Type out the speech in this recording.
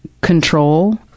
control